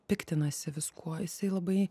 piktinasi viskuo jisai labai